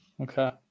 okay